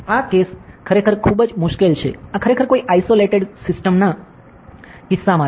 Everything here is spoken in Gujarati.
આ કેસ ખરેખર ખૂબ જ મુશ્કેલ છે આ ખરેખર કોઈ આસોલેટેડ સિસ્ટમના કિસ્સામાં છે